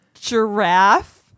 Giraffe